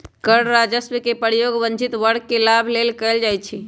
कर राजस्व के प्रयोग वंचित वर्ग के लाभ लेल कएल जाइ छइ